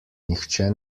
nihče